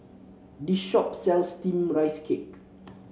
this shop sells steamed Rice Cake